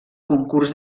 concurs